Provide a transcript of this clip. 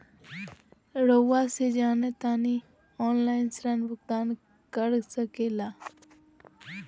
रहुआ से जाना तानी ऑनलाइन ऋण भुगतान कर सके ला?